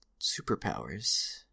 superpowers